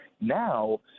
Now